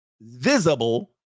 visible